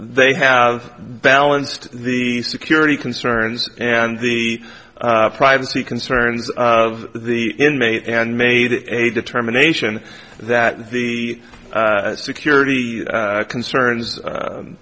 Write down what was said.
they have balanced the security concerns and the privacy concerns of the inmate and made a determination that the security concerns